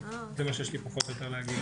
זה מה שיש לי פחות או יותר להגיד.